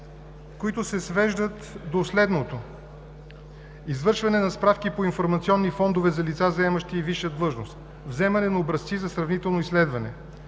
които се свеждат до следното: извършване на справки по информационни фондове за лица, заемащи висша длъжност, вземане на образци за сравнително изследване.